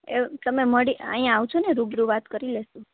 તમે મળી તમે અહીંયા આવશોને રૂબરૂ વાત કરી લઈશું